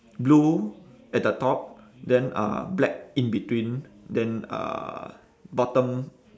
blue at the top then uh black in between then uh bottom